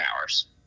hours